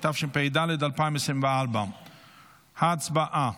התשפ"ד 2024. הצבעה.